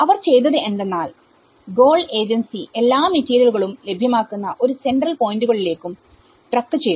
അവർ ചെയ്തത് എന്തെന്നാൽ GOAL agency എല്ലാ മെറ്റീരിയലുകളും ലഭ്യമാകുന്ന എല്ലാ സെൻട്രൽ പോയിന്റുകളിലേക്കും ട്രക്ക് ചെയ്തു